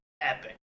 epic